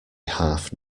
half